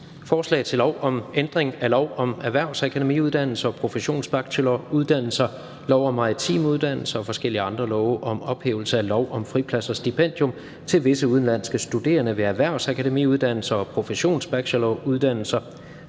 Forslag til lov om ændring af lov om erhvervsakademiuddannelser og professionsbacheloruddannelser, lov om maritime uddannelser og forskellige andre love og om ophævelse af lov om friplads og stipendium til visse udenlandske studerende ved erhvervsakademiuddannelser og professionsbacheloruddannelser.